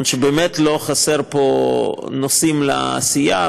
ובאמת לא חסרים פה נושאים לעשייה,